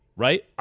Right